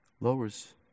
Lowers